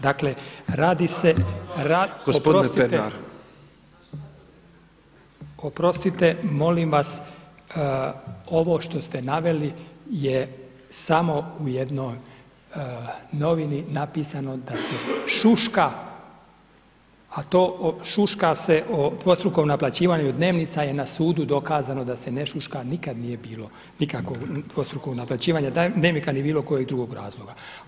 Dakle radi se … /Govornici govore u isto vrijeme./ … oprostite molim vas ovo što ste naveli je samo u jednoj novini napisano da se šuška, a to šuška se o dvostrukom naplaćivanju dnevnica je na sudu dokazano da se ne šuška, nikad nije bilo nikakvog dvostrukog naplaćivanja dnevnica ni bilo kojeg drugog razloga.